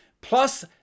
plus